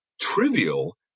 trivial